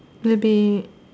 where they